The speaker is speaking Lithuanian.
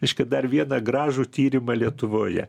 reiškia dar vieną gražų tyrimą lietuvoje